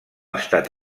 estat